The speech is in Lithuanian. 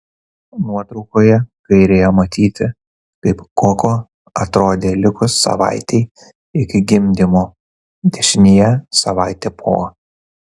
nuotraukoje kairėje matyti kaip koko atrodė likus savaitei iki gimdymo dešinėje savaitė po